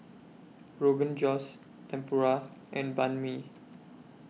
Rogan Josh Tempura and Banh MI